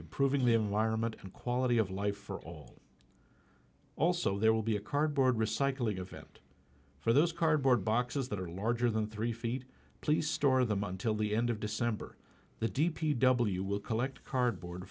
improving the environment and quality of life for all also there will be a cardboard recycling event for those cardboard boxes that are larger than three feet please store them until the end of december the d p w will collect cardboard